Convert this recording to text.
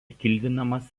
kildinamas